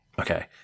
Okay